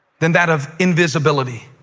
than that of invisibility.